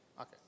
Okay